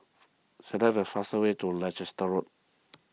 select the fastest way to Leicester Road